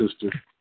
sister